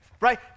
right